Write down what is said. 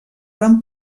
van